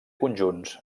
conjunts